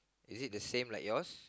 is it the same like yours